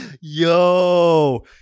Yo